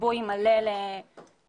- גיבוי מלא לעיתונאים,